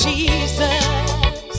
Jesus